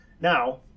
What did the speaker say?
Now